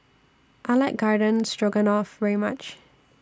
I like Garden Stroganoff very much